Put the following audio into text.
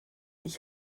ich